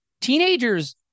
teenagers